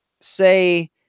say